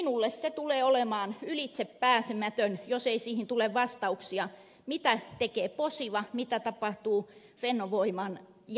minulle se tulee olemaan ylitsepääsemätön jos siihen ei tule vastauksia mitä tekee posiva mitä tapahtuu fennovoiman jätteille